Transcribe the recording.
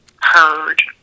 heard